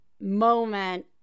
Moment